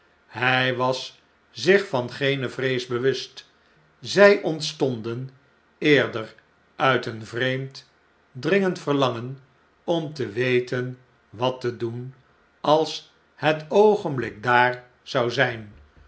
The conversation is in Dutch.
hij was zich van geene vrees bewust zij ontstonden eerder uit een vreemd dringend verlangen om te weten wat tedoen als het oogenblik daar zou zijn